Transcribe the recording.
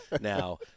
now